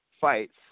fights